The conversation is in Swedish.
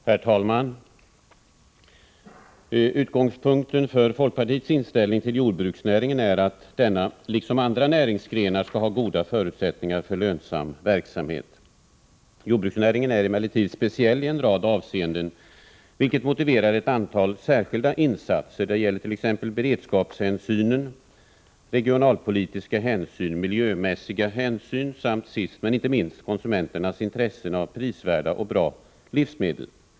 Herr talman! Utgångspunkten för folkpartiets inställning till jordbruksnäringen är att denna, liksom andra näringsgrenar, skall ha goda förutsättningar för lönsam verksamhet. Jordbruksnäringen är emellertid speciell i en rad avseenden, vilket motiverar ett antal särskilda insatser. Det gäller t.ex. beredskapshänsyn, regionalpolitiska hänsyn, miljömässiga hänsyn samt sist men icke minst konsumenternas intressen av prisvärda och bra livsmedel.